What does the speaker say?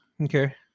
Okay